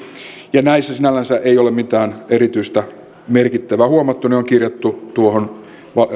ja näissä sinällänsä ei ole mitään erityistä merkittävää huomattu ne on kirjattu tuohon